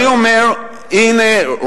אני אומר: הנה,